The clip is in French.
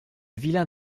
vilain